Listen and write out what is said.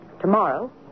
Tomorrow